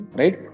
right